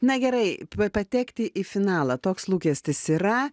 na gerai p patekti į finalą toks lūkestis yra